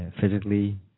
physically